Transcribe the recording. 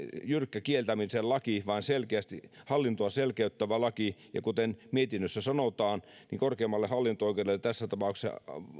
jyrkkä kieltämisen laki vaan selkeästi hallintoa selkeyttävä laki ja kuten mietinnössä sanotaan korkeimmalle hallinto oikeudelle tässä tapauksessa